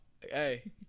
Hey